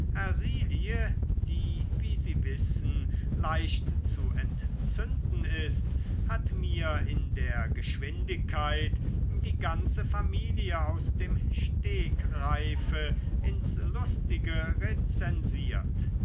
die wie sie wissen leicht zu entzünden ist hat mir in der geschwindigkeit die ganze familie aus dem stegreif ins lustige rezensiert